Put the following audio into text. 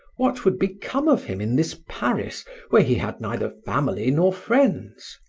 what would become of him in this paris where he had neither family nor friends?